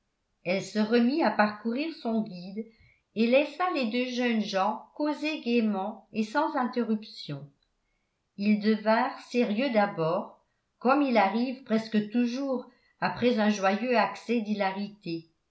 elle se remit à parcourir son guide et laissa les deux jeunes gens causer gaîment et sans interruption ils devinrent sérieux d'abord comme il arrive presque toujours après un joyeux accès